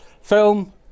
film